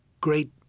great